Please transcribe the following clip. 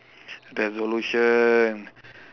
resolution